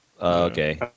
Okay